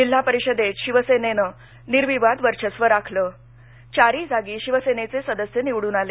जिल्हा परिषदेत शिवसेनेचं निर्विवाद वर्षस्व राखलं चारही जागी शिवसेनेचे सदस्य निवडून आले